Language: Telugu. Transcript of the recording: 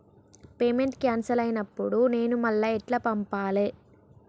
పేమెంట్ క్యాన్సిల్ అయినపుడు నేను మళ్ళా ఎట్ల పంపాలే?